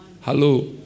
Hello